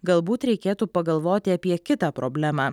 galbūt reikėtų pagalvoti apie kitą problemą